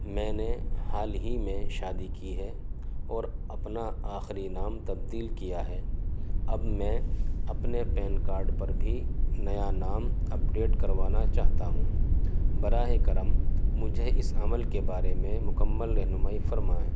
میں نے حال ہی میں شادی کی ہے اور اپنا آخری نام تبدیل کیا ہے اب میں اپنے پین کارڈ پر بھی نیا نام اپ ڈیٹ کروانا چاہتا ہوں براہ کرم مجھے اس عمل کے بارے میں مکمل رہنمائی فرما ہے